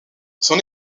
son